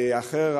אחר,